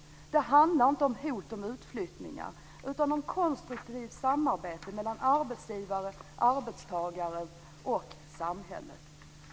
Det handlar inte om hot om utflyttningar utan om konstruktivt samarbete mellan arbetsgivare, arbetstagare och samhället.